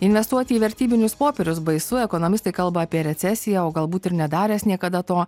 investuoti į vertybinius popierius baisu ekonomistai kalba apie recesiją o galbūt ir nedaręs niekada to